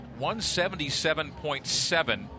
177.7